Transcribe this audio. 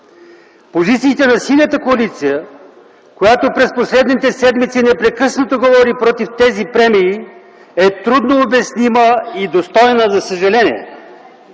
Позициите на Синята коалиция, която през последните седмици непрекъснато говори против тези премии, е трудно обяснима и достойна за съжаление.